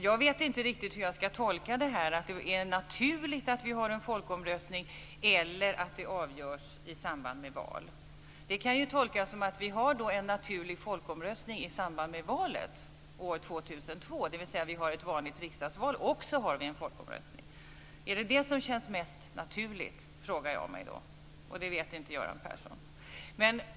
Jag vet inte riktigt hur jag ska tolka detta. Är det naturligt att vi har en folkomröstning eller är det naturligt att det avgörs i samband med val? Det kan ju tolkas som att vi har en naturlig folkomröstning i samband med valet år 2002, dvs. vi har ett vanligt riksdagsval och en folkomröstning. Är det det som känns mest naturligt? frågar jag mig. Det vet inte Göran Persson.